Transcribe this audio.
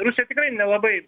rusija tikrai nelabai